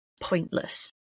pointless